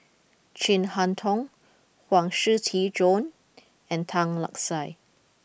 Chin Harn Tong Huang Shiqi Joan and Tan Lark Sye